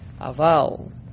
Aval